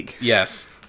Yes